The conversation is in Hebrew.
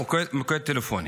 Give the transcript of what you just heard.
מוקד טלפוני.